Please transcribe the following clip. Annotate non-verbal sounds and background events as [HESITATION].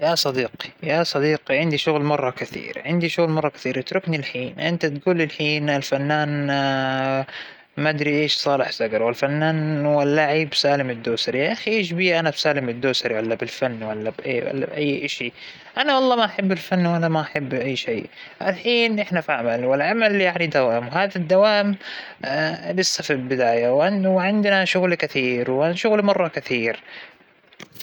أول شي بحاول إني أكون لطيف معه، ما أحاكيه بأسلوب جاف أو بطريقة تحسسه إني ما أبيه يجلس معي، أو ما أبيه يحاكيني، لأ بحاكيه بهدوء انه [HESITATION] تأنا بالدوام الحين، ما فينا نمزح وما فينا نلعب، بس نخلص فينا نخرج نسولف نروح أي محل كافيه، ولا شي ،لكن الحين هذا وقت الشغل.